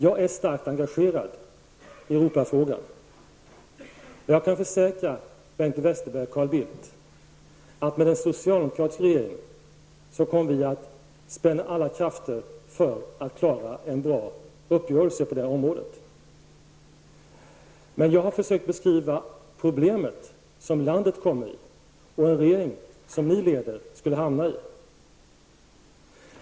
Jag är starkt engagerad i Europafrågan, och jag kan försäkra Bengt Westerberg och Carl Bildt att en socialdemokratisk regering kommer att spänna alla krafter för att klara en bra uppgörelse på det här området. Men jag har försökt beskriva det problem som landet -- och en regering som ni leder -- skulle hamna i.